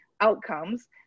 outcomes